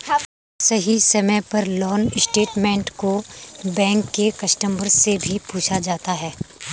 सही समय पर लोन स्टेटमेन्ट को बैंक के कस्टमर से भी पूछा जाता है